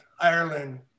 Ireland